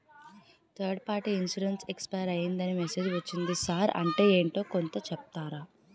Third party insurance expire అయ్యిందని message ఒచ్చింది sir అంటే ఏంటో కొంచె చెప్తారా?